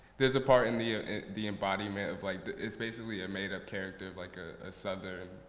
there's a part in the ah the embodiment of like it's basically a made-up character of like ah a southern,